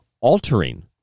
altering